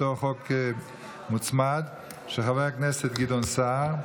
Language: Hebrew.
על חוק מוצמד של חבר הכנסת גדעון סער.